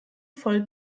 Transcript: voll